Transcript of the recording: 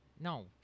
No